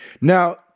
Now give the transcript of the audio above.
now